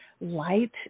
light